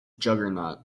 juggernaut